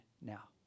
now